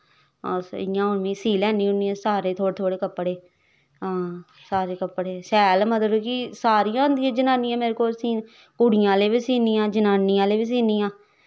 अस में इयां हून सीऽ लैन्नी होन्नी आं सारे थोह्ड़े थोह्ड़े कपड़े हां सारे कपड़े शैल मतलव की सारियां आंदियां जनानियां मेरे कोल सीन कुड़ियें आह्ले बी सीनी आं जन्नियें आह्ले बी सीनी आं